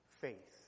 faith